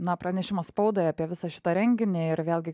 na pranešimą spaudai apie visą šitą renginį ir vėlgi